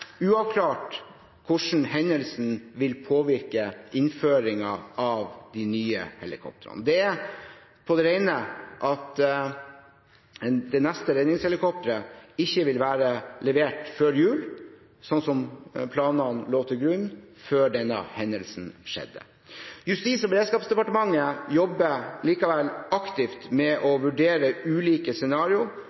er på det rene at det neste redningshelikopteret ikke vil være levert før jul, slik det lå til grunn i planene før denne hendelsen skjedde. Justis- og beredskapsdepartementet jobber likevel aktivt med å vurdere ulike